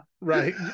Right